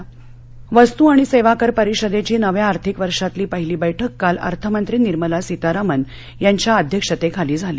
जी S T वस्तू आणि सद्ती कर परिषदद्ती नव्या आर्थिक वर्षातली पहिली बैठक काल अर्थमंत्री निर्मला सीतारामन यांच्या अध्यक्षतखली झाली